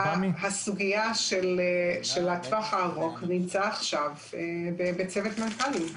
הסוגיה של הטווח הארוך נמצא עכשיו בצוות מנכ"לים.